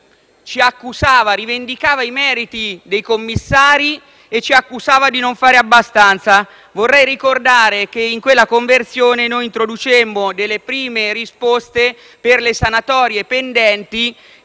PD da un lato rivendicava i meriti dei commissari e dall’altro ci accusava di non fare abbastanza. Vorrei ricordare che in quella sede introducemmo delle prime risposte per le sanatorie pendenti